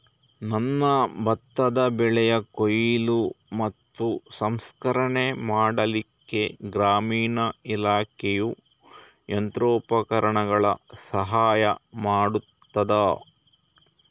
ನನ್ನ ಭತ್ತದ ಬೆಳೆಯ ಕೊಯ್ಲು ಮತ್ತು ಸಂಸ್ಕರಣೆ ಮಾಡಲಿಕ್ಕೆ ಗ್ರಾಮೀಣ ಇಲಾಖೆಯು ಯಂತ್ರೋಪಕರಣಗಳ ಸಹಾಯ ಮಾಡುತ್ತದಾ?